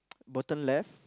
bottom left